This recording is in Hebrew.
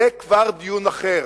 זה כבר דיון אחר,